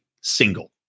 single